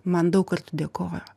man daug kartų dėkojo